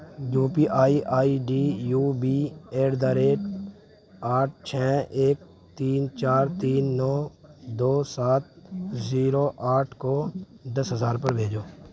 you P I I D U B at the rate آٹھ چھ ایک تین چار تین نو دو سات زیرو آٹھ کو دس ہزار روپے بھیجو